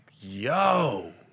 yo